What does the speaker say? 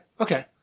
Okay